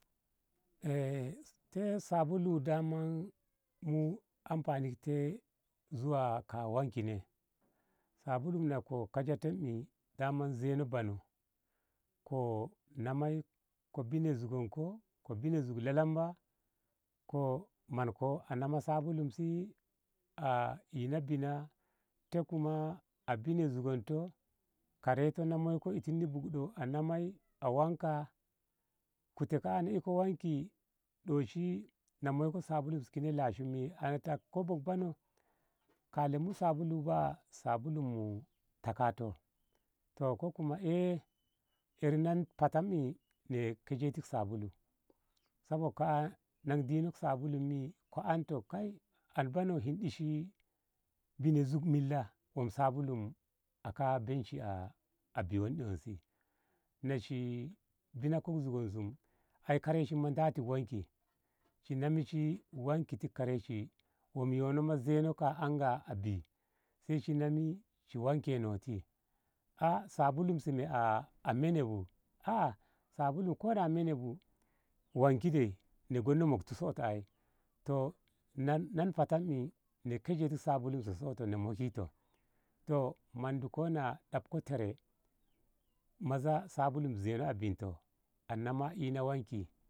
te sabulu daman mu amfani ka diɗau zuwa ka wankine sabulu nala ka kajetu dama zina bono ko na mai ko binne zingon ko ka binnezuknon lamba ko man ko ammana sabulunsi a ina binna te kuma a bine zigonto kareto no mukno atibu ana mai na wanka kote kana iko wanki ɗoshi na maika sabulum kine lashim akai kobo ko ne kalemu sabulu ba a sabulum mu takatau to ka kuma ae erina fetene kaje tu sabulum saboka. a ino sabulum eh ka anto kai an bono hinɗi shi wanke ka zuk milla min sabulubu aka binshi weizi muɗi muzi nashi binesu zigonsu ae kareshi ma dati wanki ki namshi ma kareshi bomiyumo na zenati anga a bin sai shi nani zinani shi wanki ɗoshi a sabulum su a a menebu a sabulum koda menebu wankide na kuno mukti so ey to non non fataye tonmi na gojeto sabulum to to mendu kona ɗabka tare maza sabulum zenau a ben tou anama ina wanki.